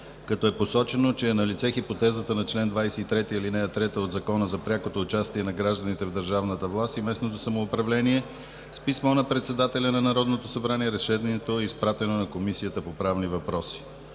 като е посочено, че е налице хипотезата на чл. 23, ал. 3 от Закона за прякото участие на гражданите в държавната власт и местното самоуправление. С писмо на председателя на Народното събрание Решението е изпратено на Комисията по правни въпроси.